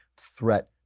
threat